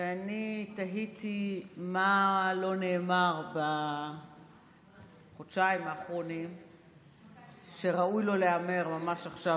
תהיתי מה לא נאמר בחודשיים האחרונים שראוי לו להיאמר ממש עכשיו,